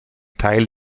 teil